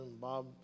Bob